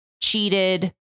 cheated